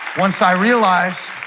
once i realize